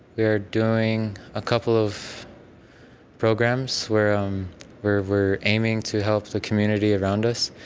we are doing a couple of programs where um we're we're aiming to help the community around us.